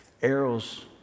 Arrows